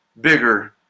bigger